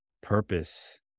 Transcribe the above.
purpose